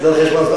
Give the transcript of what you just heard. זה על חשבון הזמן.